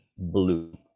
blue